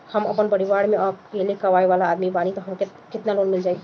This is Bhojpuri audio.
हम आपन परिवार म अकेले कमाए वाला बानीं त हमके केतना लोन मिल जाई?